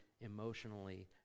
emotionally